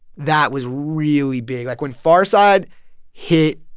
that was really big. like, when pharcyde hit,